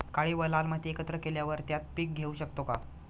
काळी व लाल माती एकत्र केल्यावर त्यात पीक घेऊ शकतो का?